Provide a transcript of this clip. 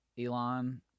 Elon